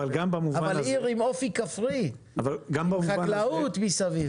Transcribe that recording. אבל עיר עם אופי כפרי, חקלאות מסביב.